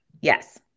Yes